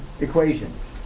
equations